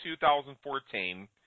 2014